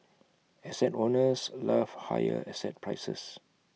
asset owners love higher asset prices